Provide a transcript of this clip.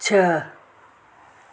छह